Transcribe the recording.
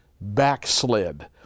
backslid